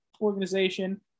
organization